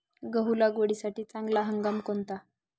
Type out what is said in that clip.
गहू लागवडीसाठी चांगला हंगाम कोणता?